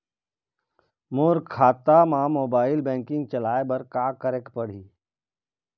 मोर खाता मा mobile banking चलाए बर का करेक पड़ही?